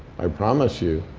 i promise you.